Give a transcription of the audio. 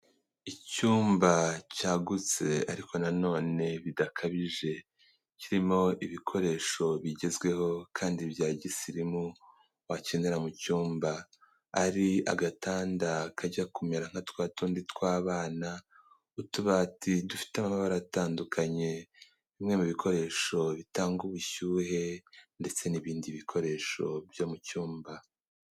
Icyumba cyagutse, ariko na none bidakabije. Kirimo ibikoresho bigezweho kandi bya gisirimu, wakenera mu cyumba. Ari agatanda kajya kumera nka twatundi tw'abana, utubati dufite amabara atandukanye, bimwe mu bikoresho bitanga ubushyuhe, ndetse n'ibindi bikoresho byo mu cyumba.